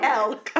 elk